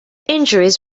injuries